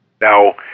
Now